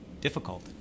difficult